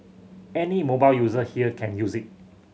any mobile user here can use it